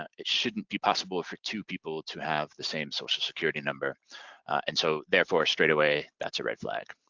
ah it shouldn't be possible for two people to have the same social security number and so therefore, straight away, that's a red flag.